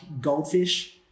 goldfish